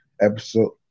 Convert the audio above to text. episode